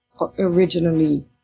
originally